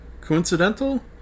coincidental